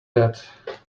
that